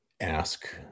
ask